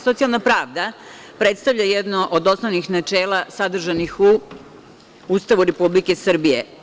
Socijalna pravda predstavlja jedno od osnovnih načela sadržanih u Ustavu Republike Srbije.